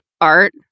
art